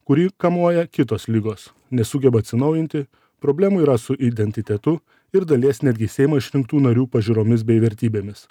kurį kamuoja kitos ligos nesugeba atsinaujinti problemų yra su identitetu ir dalies netgi seimo išrinktų narių pažiūromis bei vertybėmis